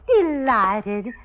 Delighted